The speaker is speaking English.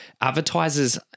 advertisers